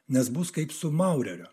nes bus kaip su maureriu